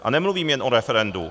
A nemluvím jen o referendu.